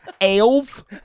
ales